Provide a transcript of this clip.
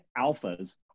alphas